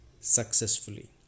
successfully